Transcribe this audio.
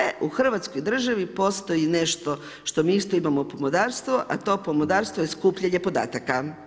E u Hrvatskoj državi postoji nešto što mi isto imamo pomodarstvo, a to pomodarstvo je skupljanje podataka.